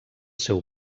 seu